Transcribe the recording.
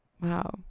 Wow